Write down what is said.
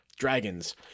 Dragons